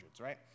right